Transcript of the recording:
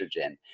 estrogen